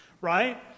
Right